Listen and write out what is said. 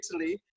Italy